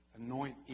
anoint